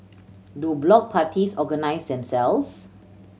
do block parties organise themselves